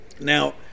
Now